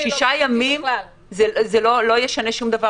6 ימים לא ישנו שום דבר,